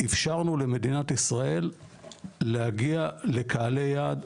אפשרנו למדינת ישראל להגיע לקהלי יעד,